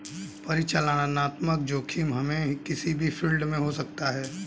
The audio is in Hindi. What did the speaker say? परिचालनात्मक जोखिम हमे किसी भी फील्ड में हो सकता है